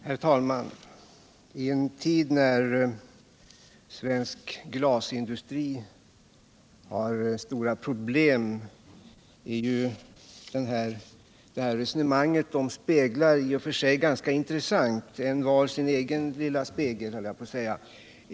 Herr talman'! I en tid när svensk glasindustri har stora problem är ju det här resonemanget om speglar i och för sig ganska intressant — envar sin egen lilla spegel, höll jag på att säga.